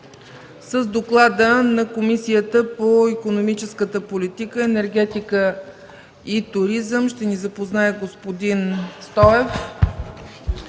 С доклада на Комисията по икономическата политика, енергетика и туризъм ще ни запознае господин Стоев.